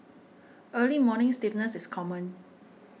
early morning stiffness is common